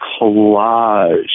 collage